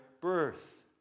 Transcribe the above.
birth